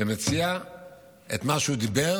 ומציע את מה שהוא דיבר,